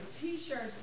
T-shirts